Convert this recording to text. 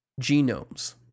genomes